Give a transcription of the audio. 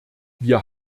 wir